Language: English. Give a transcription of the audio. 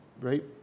right